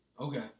Okay